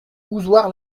ozoir